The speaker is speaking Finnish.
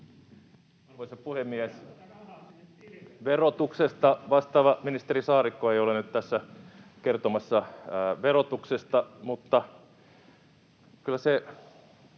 vastaava ministeri Saarikko ei ole nyt tässä kertomassa verotuksesta, mutta kyllä se